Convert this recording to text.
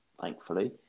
thankfully